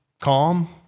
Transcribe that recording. calm